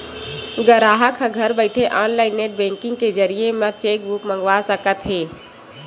गराहक ह घर बइठे ऑनलाईन नेट बेंकिंग के जरिए म चेकबूक मंगवा सकत हे